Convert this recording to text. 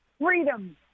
freedom